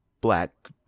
black